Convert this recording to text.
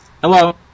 hello